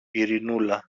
ειρηνούλα